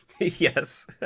Yes